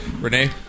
Renee